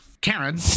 Karen